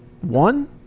one